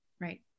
Right